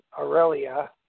Aurelia